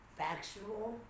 factual